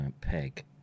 PEG